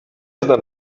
znam